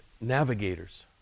navigators